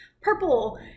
purple